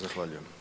Zahvaljujem.